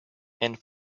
and